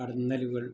കടന്നലുകൾ